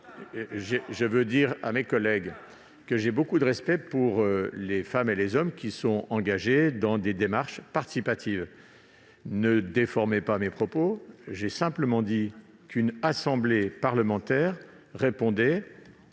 Je veux dire à mes collègues que j'ai beaucoup de respect pour les femmes et les hommes qui sont engagés dans des démarches participatives. Ne déformez pas mes propos ! J'ai simplement dit qu'une assemblée parlementaire répondait